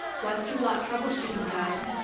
western blot troubleshooting guide,